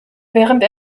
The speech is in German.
während